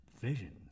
visions